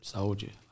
Soldier